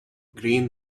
green